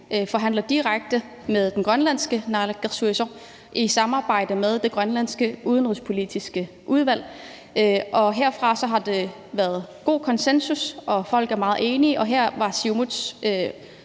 forhandler direkte med den grønlandske naalakkersuisut i samarbejde med det grønlandske udenrigspolitiske udvalg. Der har været god konsensus, og folk er meget enige, og den person